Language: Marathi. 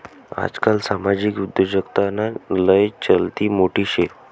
आजकाल सामाजिक उद्योजकताना लय चलती मोठी शे